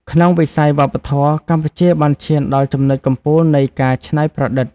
ក្នុងវិស័យវប្បធម៌ កម្ពុជាបានឈានដល់ចំណុចកំពូលនៃការច្នៃប្រឌិត។